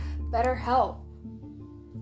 BetterHelp